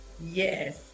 Yes